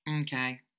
Okay